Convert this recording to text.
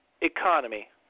economy